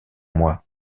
mois